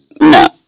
No